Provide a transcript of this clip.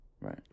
Right